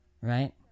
right